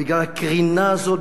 בגלל הקרינה הזאת,